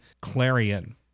Clarion